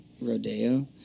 Rodeo